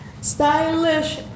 Stylish